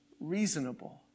reasonable